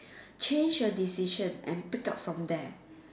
change a decision and pick up from there